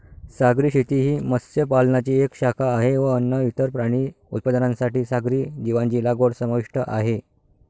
सागरी शेती ही मत्स्य पालनाची एक शाखा आहे व अन्न, इतर प्राणी उत्पादनांसाठी सागरी जीवांची लागवड समाविष्ट आहे